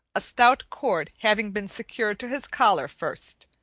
a stout cord having been secured to his collar first,